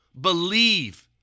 Believe